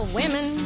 women